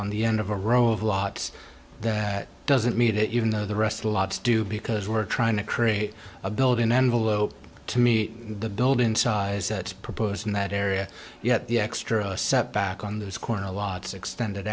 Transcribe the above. on the end of a row of lots that doesn't need it even though the rest a lot to do because we're trying to create a building envelope to meet the build in size that proposed in that area yet the extra setback on this corner a lots extended